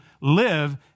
live